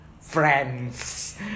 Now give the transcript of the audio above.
Friends